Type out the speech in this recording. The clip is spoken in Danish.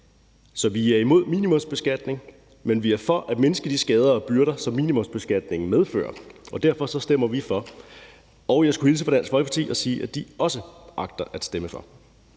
Så vi er imod minimumsbeskatning, men vi er for at mindske de skader og byrder, som minimumsbeskatningen medfører, og derfor stemmer vi for. Jeg skulle hilse fra Dansk Folkeparti og sige, at de også agter at stemme for.